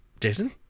Jason